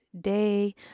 day